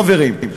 חברים,